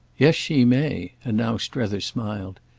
yes, she may and now strether smiled.